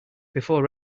before